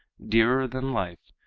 dearer than life,